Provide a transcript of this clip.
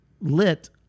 lit